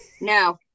No